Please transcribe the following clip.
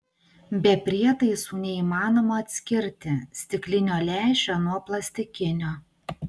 be prietaisų neįmanoma atskirti stiklinio lęšio nuo plastikinio